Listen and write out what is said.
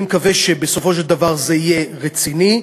אני מקווה שבסופו של דבר זה יהיה רציני,